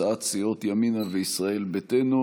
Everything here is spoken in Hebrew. הצעת סיעות ימינה וישראל ביתנו.